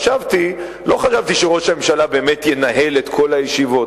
לא חשבתי שראש הממשלה באמת ינהל את כל הישיבות,